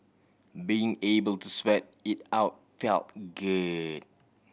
being able to sweat it out felt good